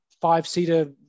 five-seater